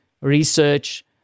research